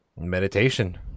meditation